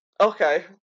Okay